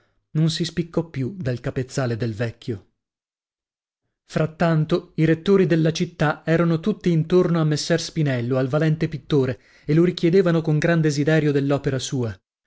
non si spiccò più dal capezzale del vecchio frattanto i rettori della città erano tutti intorno a messer spinello al valente pittore e lo richiedevano con gran desiderio dell'opera sua